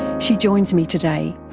she joins me today,